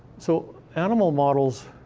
so animal models,